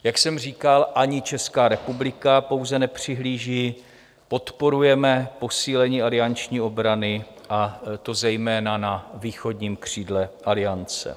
Jak jsem říkal, ani Česká republika pouze nepřihlíží, podporujeme posílení alianční obrany, a to zejména na východním křídle Aliance.